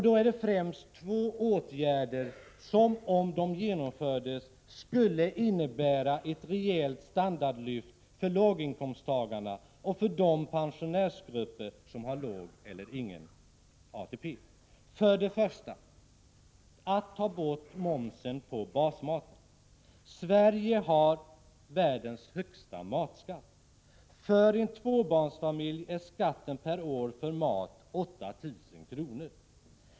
Det är främst två åtgärder som — om de genomfördes — skulle innebära ett rejält standardlyft för låginkomsttagarna och för de pensionärsgrupper som har låg eller ingen ATP. För det första: tag bort momsen på basmaten! Sverige har världens högsta matskatt. För en tvåbarnsfamilj är skatten per år för mat 8 000 kr.